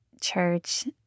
church